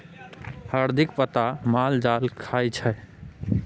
हरदिक पात माल जाल खाइ छै